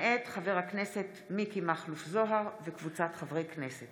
אנטאנס שחאדה, אנדרי קוז'ינוב,